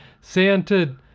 Santa